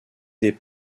des